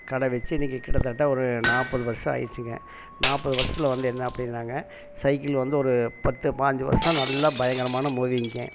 கடை வச்சு இன்னைக்கு கிட்டத்தட்ட ஒரு நாற்பது வருஷம் ஆயிடுச்சுங்க நாற்பது வருஷத்தில் என்ன அப்படின்னாங்க சைக்கிள் வந்து ஒரு பத்து பாஞ்சு வருஷம் நல்லா பயங்கரமான மூவிங்க